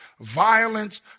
violence